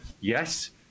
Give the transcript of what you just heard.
yes